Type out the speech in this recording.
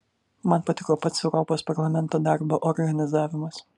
man patiko pats europos parlamento darbo organizavimas